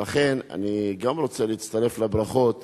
ולכן אני גם רוצה להצטרף לברכות